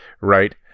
right